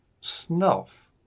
snuff